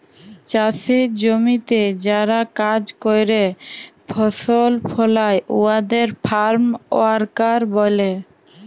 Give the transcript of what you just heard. চাষের জমিতে যারা কাজ ক্যরে ফসল ফলায় উয়াদের ফার্ম ওয়ার্কার ব্যলে